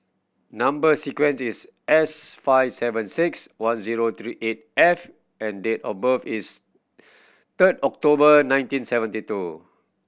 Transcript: number sequence is S five seven six one zero three eight F and date of birth is third October nineteen seventy two